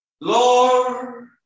Lord